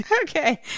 Okay